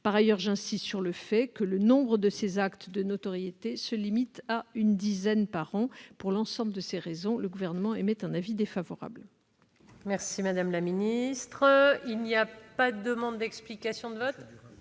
Par ailleurs, j'insiste sur le fait que le nombre de ces actes de notoriété se limite à une dizaine par an. Pour l'ensemble de ces raisons, le Gouvernement émet un avis défavorable